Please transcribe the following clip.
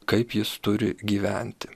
kaip jis turi gyventi